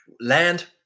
land